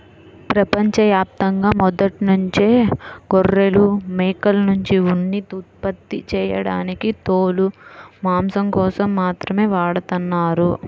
ప్రపంచ యాప్తంగా మొదట్నుంచే గొర్రెలు, మేకల్నుంచి ఉన్ని ఉత్పత్తి చేయడానికి తోలు, మాంసం కోసం మాత్రమే వాడతన్నారు